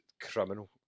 criminal